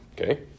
Okay